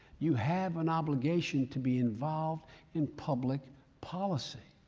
you have an obligation to be involved in public policy.